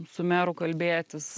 su meru kalbėtis